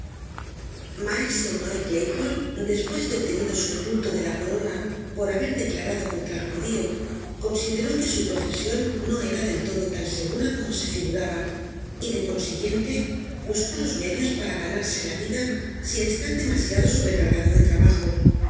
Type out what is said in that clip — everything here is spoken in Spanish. maese noé claypole despues de obtenido su indulto de la corona por haber declarado contra el judio consideró que su profesion no era del todo tan segura como se figuraba y de consignente buscó los medios para ganarse la vida sin estar demasiado sobrecargado de trabajo